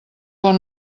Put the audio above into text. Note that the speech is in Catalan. bon